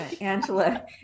Angela